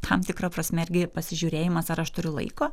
tam tikra prasme irgi pasižiūrėjimas ar aš turiu laiko